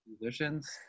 musicians